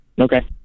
Okay